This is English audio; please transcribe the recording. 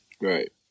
right